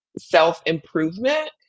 self-improvement